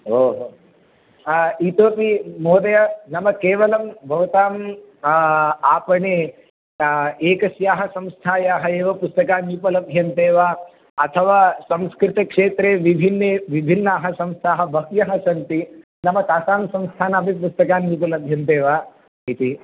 ओहो इतोपि महोदय नाम केवलं भवतां आपणे एकस्याः संस्थायाः एव पुस्तकानि उपलभ्यन्ते वा अथवा संस्कृतक्षेत्रे विभिन्ने विभिन्नाः संस्थाः बह्व्यः सन्ति नाम तासां संस्थानामपि पुस्तकानि अपि उपलभ्यन्ते वा इति